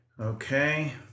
Okay